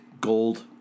gold